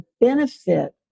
benefit